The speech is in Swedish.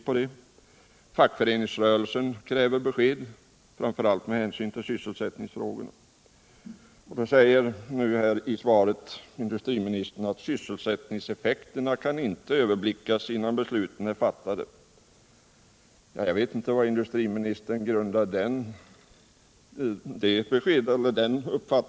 Även fackföreningsrörelsen kräver besked framför allt med hänsyn till sysselsättningsfrågorna. Industriministern säger nu i sitt svar: ”Sysselsättningseffekterna kan inte överblickas innan besluten är fattade.” Jag vet inte vad industriministern grundar det påståendet på.